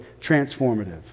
transformative